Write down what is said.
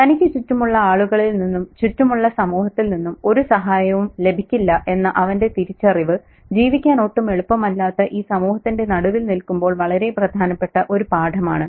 തനിക്ക് ചുറ്റുമുള്ള ആളുകളിൽ നിന്നും ചുറ്റുമുള്ള സമൂഹത്തിൽ നിന്നും ഒരു സഹായവും ലഭിക്കില്ല എന്ന അവന്റെ തിരിച്ചറിവ് ജീവിക്കാൻ ഒട്ടും എളുപ്പമല്ലാത്ത ഈ സമൂഹത്തിന്റെ നടുവിൽ നിൽക്കുമ്പോൾ വളരെ പ്രധാനപ്പെട്ട ഒരു പാഠമാണ്